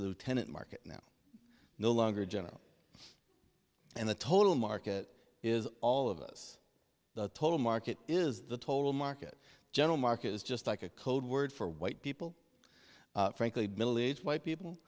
lieutenant market now no longer general and the total market is all of us the total market is the total market general market is just like a code word for white people frankly middle aged white people